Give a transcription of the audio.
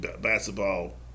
basketball